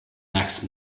next